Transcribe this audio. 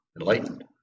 enlightened